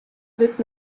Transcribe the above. lit